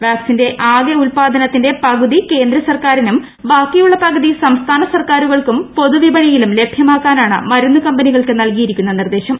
വാക്സിന്റെ ആകെ ഉത്പാദനത്തിന്റെ പകുതി കേന്ദ്രസർക്കാരിനും ബാക്കിയുള്ള പകുതി സംസ്ഥാന സർക്കാരുകൾക്കും പൊതുവിപണിയിലും ലഭൃമാക്കാനാണ് മരുന്ന് കമ്പനികൾക്ക് നൽകിയിരിക്കുന്ന നിർദ്ദേശം